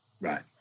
Right